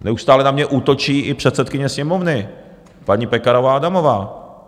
Neustále na mě útočí i předsedkyně Sněmovny, paní Pekarová Adamová.